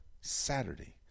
Saturday